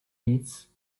nic